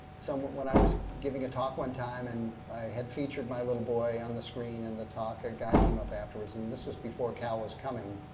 so when i was giving a talk one time and i had featured my little boy on the screen in and the talk, a guy came up afterwards and this was before cal was coming.